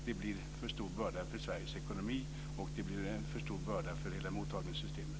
Det blir en för stor börda för Sveriges ekonomi och det blir en för stor börda för hela mottagningssystemet.